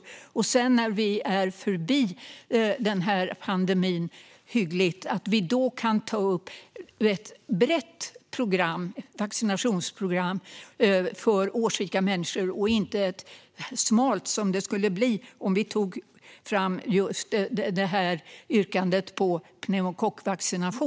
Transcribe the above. När vi sedan är hyggligt förbi den här pandemin kan vi ta upp ett brett vaccinationsprogram för årsrika människor - inte ett smalt, som det skulle bli om vi antog just detta yrkande om pneumokockvaccination.